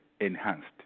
enhanced